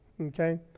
okay